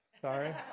sorry